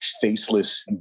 faceless